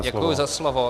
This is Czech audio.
Děkuji za slovo.